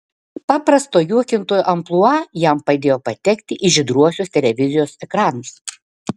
paprasto juokintojo amplua jam padėjo patekti į žydruosius televizijos ekranus